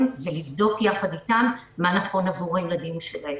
ולבדוק ביחד איתם מה נכון עבור הילדים שלהם.